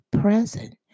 present